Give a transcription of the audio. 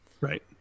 Right